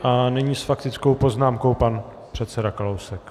A nyní s faktickou poznámkou pan předseda Kalousek.